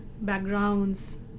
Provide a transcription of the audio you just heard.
backgrounds